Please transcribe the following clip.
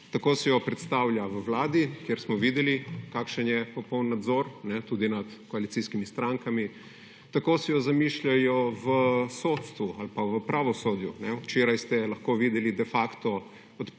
Tako si jo predstavlja v vladi, kjer smo videli, kakšen je popoln nadzor, ne, tudi nad koalicijskimi strankami. Tako si jo zamišljajo v sodstvu ali pa v pravosodju, ne, včeraj ste lahko videli de facto